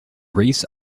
race